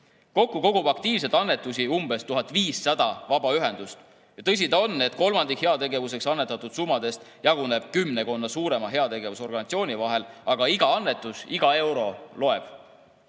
Kokku kogub aktiivselt annetusi umbes 1500 vabaühendust. Tõsi ta on, et kolmandik heategevuseks annetatud summadest jaguneb kümmekonna suurema heategevusorganisatsiooni vahel, aga iga annetus, iga euro loeb.